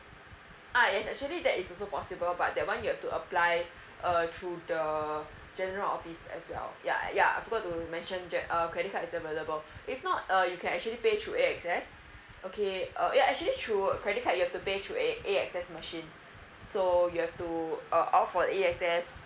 uh yes actually that is also possible but that one you have to apply uh to the general office as well ya ya I forgot to mentioned ge~ err credit cards available if not uh you can actually pay through axs okay uh ya actually through credit card you have to pay through axs machine so you have to uh of for axs